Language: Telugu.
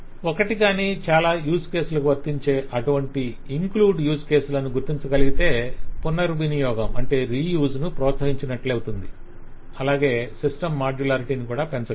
ఒకటిగాని చాలా యూస్ కేసులకు వర్తించే అటువంటి ఇంక్లూడ్ యూస్ కేసులను గుర్తించగలిగితే పునర్వినియోగం reuseరీయూజ్ ను ప్రోత్సహించినట్లవుతుంది అలాగే సిస్టమ్ మాడ్యులారిటీని పెంచగలం